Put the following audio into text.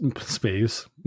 space